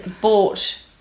bought